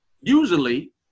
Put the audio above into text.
Usually